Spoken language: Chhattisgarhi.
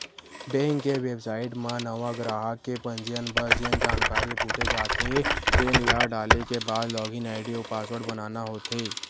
बेंक के बेबसाइट म नवा गराहक के पंजीयन बर जेन जानकारी पूछे जाथे तेन ल डाले के बाद लॉगिन आईडी अउ पासवर्ड बनाना होथे